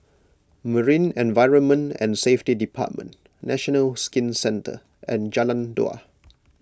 Marine Environment and Safety Department National Skin Centre and Jalan Dua